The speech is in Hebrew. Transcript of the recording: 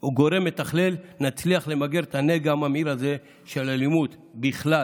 או גורם מתכלל נצליח למגר את הנגע הממאיר הזה של אלימות בכלל